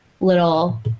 little